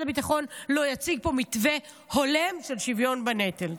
הביטחון יציגו פה מתווה הולם של שוויון בנטל.